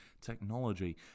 technology